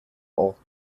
ort